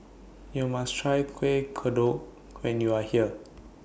YOU must Try Kueh Kodok when YOU Are here